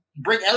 Bring